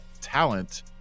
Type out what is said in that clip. talent